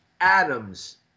Adams